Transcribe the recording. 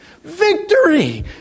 victory